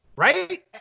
Right